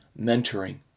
mentoring